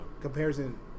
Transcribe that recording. comparison